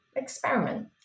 experiment